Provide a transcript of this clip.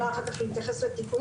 יכולה אחר כך להתייחס אליהם,